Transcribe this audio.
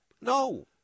No